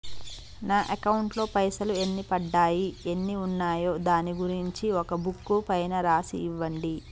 నా అకౌంట్ లో పైసలు ఎన్ని పడ్డాయి ఎన్ని ఉన్నాయో దాని గురించి ఒక బుక్కు పైన రాసి ఇవ్వండి?